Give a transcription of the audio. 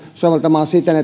soveltamaan esimerkiksi siten